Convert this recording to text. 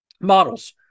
models